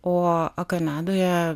o o kanadoje